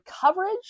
coverage